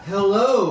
Hello